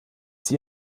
sie